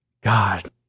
God